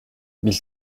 mille